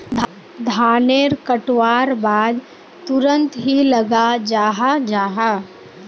धानेर कटवार बाद तुरंत की लगा जाहा जाहा?